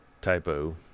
typo